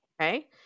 Okay